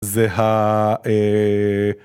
זה ה... אה...